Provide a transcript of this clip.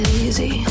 easy